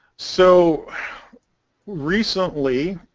so recently,